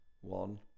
One